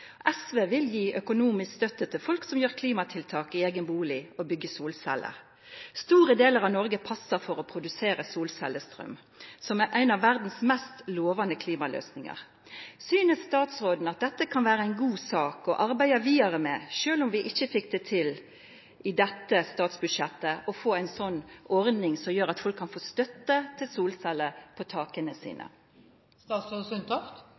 SV vil gje økonomisk støtte til folk som gjer klimatiltak i eigen bustad og byggjer solceller. Store delar av Noreg passar til å produsera solcellestraum, som er ein av verdas mest lovande klimaløysingar. Synest statsråden at dette kan vera ei god sak å arbeida vidare med, sjølv om vi ikkje i dette statsbudsjettet fekk til ei slik ordning som gjer at folk kan få støtte til solceller på taka sine?